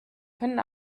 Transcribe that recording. können